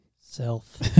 Self